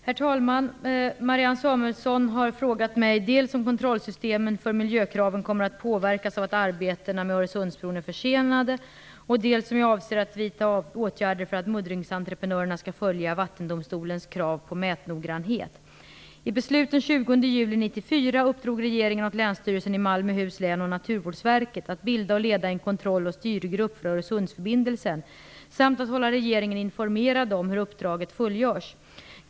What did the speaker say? Herr talman! Marianne Samuelsson har frågat mig dels om kontrollsystemen för miljökraven kommer att påverkas av att arbetena med Öresundsbron är försenade, dels om jag kommer att vidta åtgärder för att muddringsentreprenörerna skall följa vattendomstolens krav på mätnoggrannhet. Länsstyrelsen i Malmöhus län och Naturvårdsverket att bilda och leda en kontroll och styrgrupp för Öresundsförbindelsen samt att hålla regeringen informerad om hur uppdraget fullgörs.